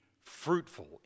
fruitful